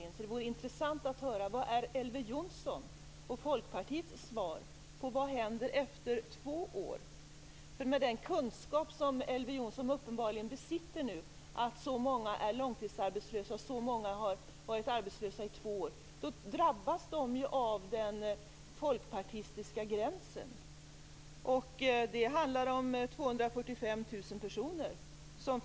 Det vore alltså intressant att höra vilket som är Elver Jonssons och Folkpartiets svar på frågan vad som händer efter två år. Med den kunskap som Elver Jonsson nu uppenbarligen besitter om hur många som är långtidsarbetslösa, dvs. som varit arbetslösa i två år, vet han också att de drabbas av den folkpartistiska gränsen. Det är 1998. Var hamnar de?